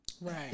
Right